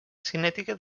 cinètica